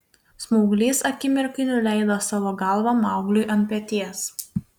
smauglys akimirkai nuleido savo galvą maugliui ant peties